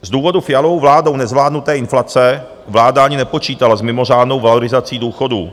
Z důvodu Fialovou vládou nezvládnuté inflace vláda ani nepočítala s mimořádnou valorizací důchodů.